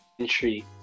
entry